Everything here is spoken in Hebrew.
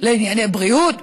לענייני בריאות?